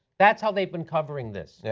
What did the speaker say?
that's how they've been covering this. yeah